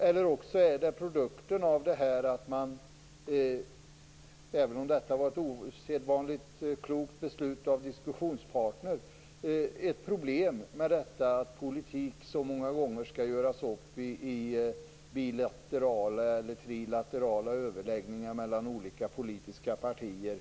Eller också är detta produkten av att politik så många gånger görs upp i bilaterala eller trilaterala överläggningar mellan olika politiska partier - även om det i det här fallet var ett osedvanligt klokt val av diskussionspartner.